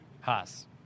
Haas